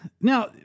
Now